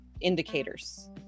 indicators